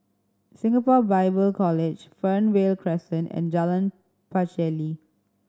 Singapore Bible College Fernvale Crescent and Jalan Pacheli